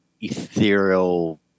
ethereal